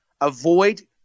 avoid